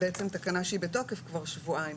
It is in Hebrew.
בעצם תקנה שהיא בתוקף כבר שבועיים,